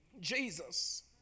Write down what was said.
Jesus